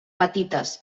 petites